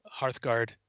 hearthguard